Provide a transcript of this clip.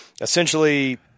essentially